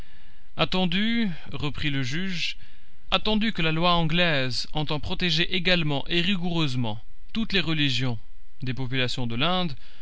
attendu reprit le juge attendu que la loi anglaise entend protéger également et rigoureusement toutes les religions des populations de l'inde